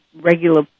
regular